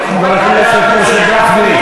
אבל אנחנו לא הטלנו מס הכנסה על מעמד הביניים.